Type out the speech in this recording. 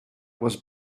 was